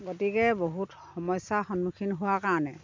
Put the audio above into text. গতিকে বহুত সমস্যাৰ সন্মুখীন হোৱা কাৰণে